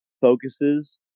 focuses